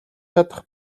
чадах